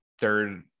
third